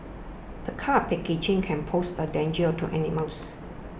this kind of packaging can pose a danger to animals